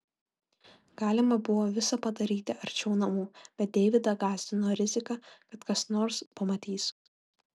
galima buvo visa padaryti arčiau namų bet deividą gąsdino rizika kad kas nors pamatys